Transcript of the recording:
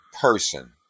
person